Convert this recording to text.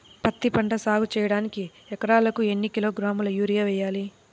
పత్తిపంట సాగు చేయడానికి ఎకరాలకు ఎన్ని కిలోగ్రాముల యూరియా వేయాలి?